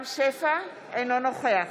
אינו נוכח